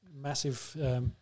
massive